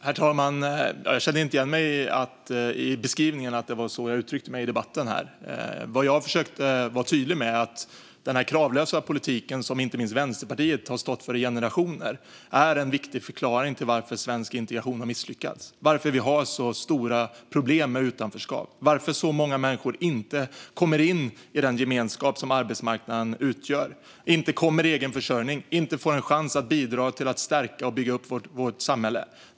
Herr talman! Jag känner inte igen beskrivningen att det var så jag uttryckte mig i debatten. Jag försökte vara tydlig med att den kravlösa politik som inte minst Vänsterpartiet i generationer har stått för är en viktig förklaring till att svensk integration har misslyckats, att vi har så stora problem med utanförskap och att så många människor inte kommer in i den gemenskap som arbetsmarknaden utgör. De kommer inte i egen försörjning och får inte en chans att bidra till att stärka och bygga upp vårt samhälle.